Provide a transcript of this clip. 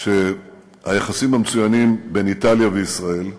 שהיחסים המצוינים בין איטליה לישראל,